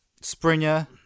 Springer